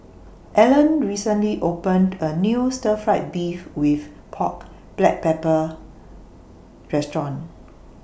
Allan recently opened A New Stir Fried Beef with Pork Black Pepper Restaurant